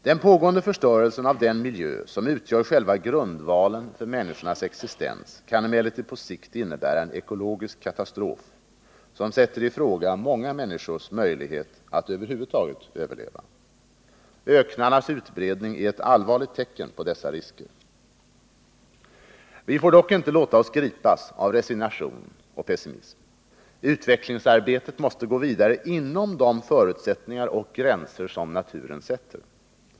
Den pågående förstörelsen av den miljö som utgör själva grundvalen för människornas existens kan emellertid på sikt innebära en ekologisk katastrof, som sätter i fråga många människors möjlighet att över huvud taget överleva. Öknarnas utbredning är ett allvarligt tecken på dessa risker. Vi får dock inte låta oss gripas av resignation och pessimism. Utvecklingsarbetet måste gå vidare inom de förutsättningar och gränser som naturen sätter.